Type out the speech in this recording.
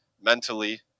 mentally